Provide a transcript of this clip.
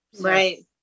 Right